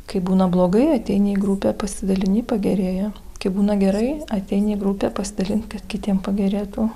kai būna blogai ateini į grupę pasidalini pagerėja kai būna gerai ateini į grupę pasidalint kad kitiem pagerėtų